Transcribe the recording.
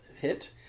hit